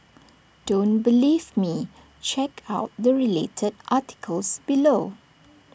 don't believe me check out the related articles below